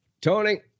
tony